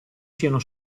siano